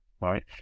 right